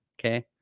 okay